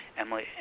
Emily